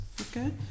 Okay